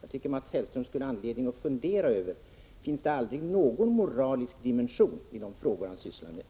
Jag tycker Mats Hellström har anledning att fundera över om det aldrig finns någon moralisk dimension i de frågor han sysslar med.